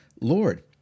Lord